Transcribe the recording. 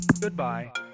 Goodbye